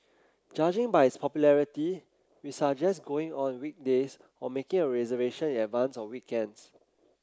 judging by its popularity we suggest going on weekdays or making a reservation in advance on weekends